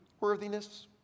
worthiness